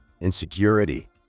Insecurity